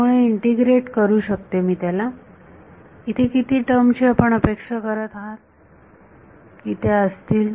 त्यामुळे मी इंटिग्रेट करू शकते त्याला इथे किती टर्म ची आपण अपेक्षा करत आहात की त्या असतील